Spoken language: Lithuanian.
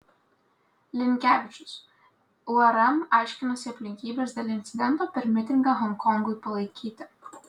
linkevičius urm aiškinasi aplinkybes dėl incidento per mitingą honkongui palaikyti